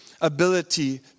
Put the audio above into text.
ability